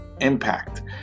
impact